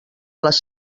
les